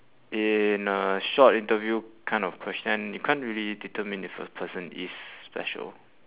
in a short interview kind of question you can't really determine if a person is special